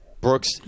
Brooks